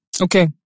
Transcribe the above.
Okay